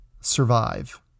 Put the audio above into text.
Survive